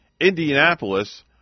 Indianapolis